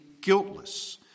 guiltless